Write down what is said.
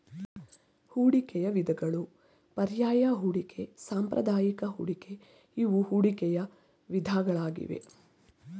ಹೂಡಿಕೆಯ ವಿಧಗಳು ಪರ್ಯಾಯ ಹೂಡಿಕೆ, ಸಾಂಪ್ರದಾಯಿಕ ಹೂಡಿಕೆ ಇವು ಹೂಡಿಕೆಯ ವಿಧಗಳಾಗಿವೆ